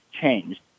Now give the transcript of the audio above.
changed